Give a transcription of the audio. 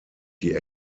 die